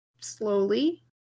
slowly